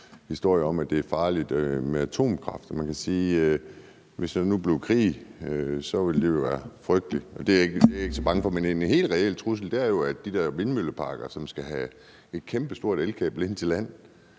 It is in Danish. historie om, at det er farligt med atomkraft, og man kan jo sige, at det, hvis der nu blev krig, så ville være frygteligt, men det er jeg ikke så bange for. En helt reel trussel er jo, at de der vindmølleparker skal have et kæmpestort elkabel ind til land.